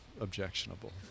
objectionable